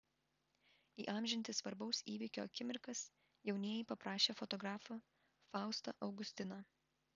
įamžinti svarbaus įvykio akimirkas jaunieji paprašė fotografą faustą augustiną